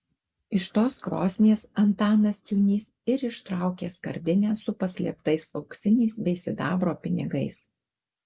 iš tos krosnies antanas ciūnys ir ištraukė skardinę su paslėptais auksiniais bei sidabro pinigais